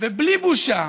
ובלי בושה,